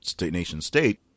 nation-state